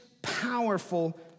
powerful